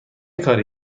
کاری